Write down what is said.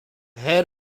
head